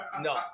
no